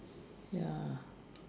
ya